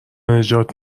نجات